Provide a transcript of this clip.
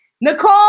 Nicole